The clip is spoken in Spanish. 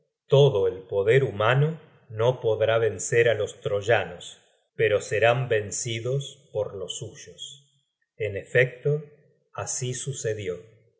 todo el poder humano no podrá vencer á los troyanos pero serán vencidos por los suyos en efecto así sucedió